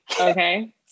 okay